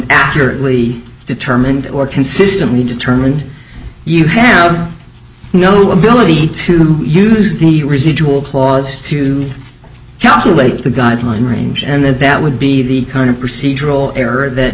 accurately determined or consistently determined you have no ability to use the residual clause to calculate the guideline range and that would be the kind of procedural error that